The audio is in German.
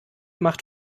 macht